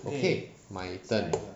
okay my turn